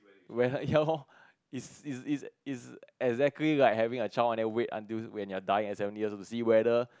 where her ya loh is is is is exactly like having a chance and then wait until when you die at seventy years old and see whether